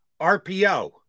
RPO